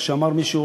איך אמר מישהו,